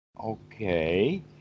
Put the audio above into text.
Okay